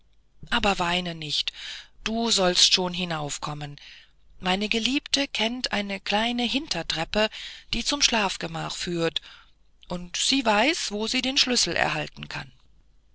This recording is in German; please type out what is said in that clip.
aber weine nicht du sollst schon hinaufkommen meine geliebte kennt eine kleine hintertreppe die zum schlafgemach führt und sie weiß wo sie den schlüssel erhalten kann